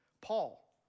Paul